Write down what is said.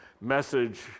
message